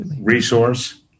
resource